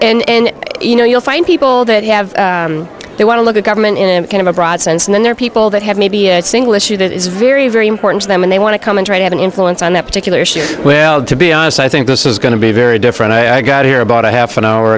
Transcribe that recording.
yes and you know you'll find people that have they want to look at government in kind of a broad sense and then there are people that have maybe a single issue that is very very important to them and they want to come and try to have an influence on that particular issue well to be honest i think this is going to be very different i got here about a half an hour